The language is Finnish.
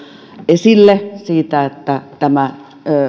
esille siitä että tämä